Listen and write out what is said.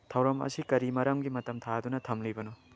ꯊꯧꯔꯝ ꯑꯁꯤ ꯀꯔꯤ ꯃꯔꯝꯒꯤ ꯃꯇꯝ ꯊꯥꯗꯨꯅ ꯊꯝꯂꯤꯕꯅꯣ